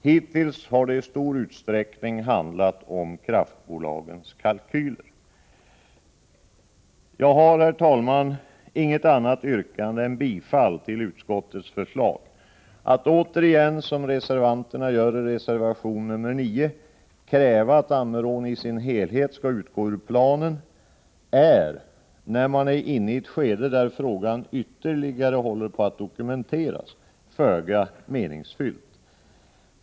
Hittills har det i stor utsträckning handlat om kraftbolagens kalkyler. Jag har, herr talman, inget annat yrkande än bifall till utskottets förslag. Att återigen, som reservanterna gör i reservation nr 9, kräva att Ammerån i sin helhet skall utgå ur planen, är, när man är inne i ett skede där frågan ytterligare håller på att dokumenteras, föga meningsfyllt.